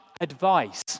advice